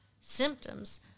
symptoms